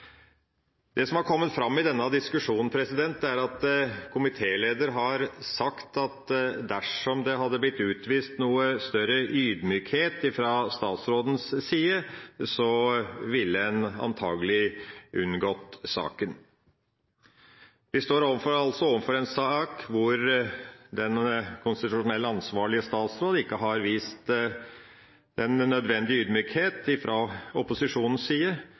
Det som har kommet fram i denne diskusjonen, er at komitélederen har sagt at dersom det hadde blitt utvist noe større ydmykhet fra statsrådens side, ville en antagelig unngått saken. Vi står altså overfor en sak hvor den konstitusjonelt ansvarlige statsråd ikke har vist den nødvendige ydmykhet, sett fra opposisjonens side,